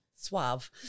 suave